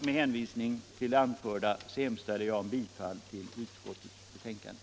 Med hänvisning till det anförda yrkar jag bifall till vad utskottet har hemställt.